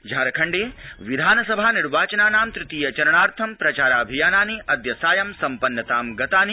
झारखण्डे विधानसभा निर्वाचनानां तृतीय चरणार्थं प्रचाराभियानानि अद्य सायं सम्पन्नतां गतानि